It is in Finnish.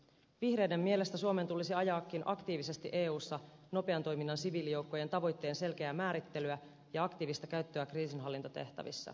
vihreiden mielestä suomen tulisi ajaakin aktiivisesti eussa nopean toiminnan siviilijoukkojen tavoitteen selkeää määrittelyä ja aktiivista käyttöä kriisinhallintatehtävissä